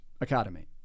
Academy